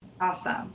awesome